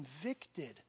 convicted